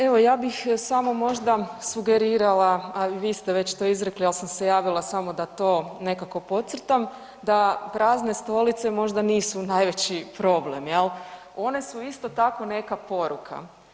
Ma evo ja bih samo možda sugerirala, a vi ste već to izrekli, al sam se javila samo da to nekako podcrtam, da prazne stolice možda nisu najveći problem, jel, one su isto tako neka poruka.